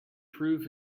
prove